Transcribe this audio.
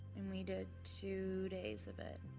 and we did two days of it.